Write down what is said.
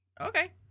Okay